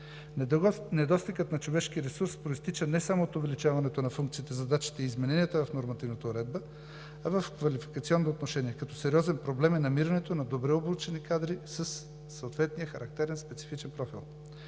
Недостигът на човешки ресурс произтича не само от увеличаването на функциите, задачите и измененията в нормативната уредба, а в квалификационно отношение, като сериозен проблем е намирането на добре обучени кадри със съответния характерен, специфичен профил.